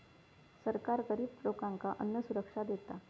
सरकार गरिब लोकांका अन्नसुरक्षा देता